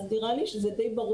אז נראה לי שברור,